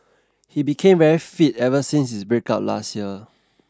he became very fit ever since his breakup last year